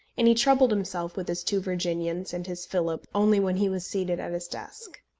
and he troubled himself with his two virginians and his philip only when he was seated at his desk.